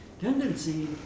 tendency